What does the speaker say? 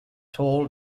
tall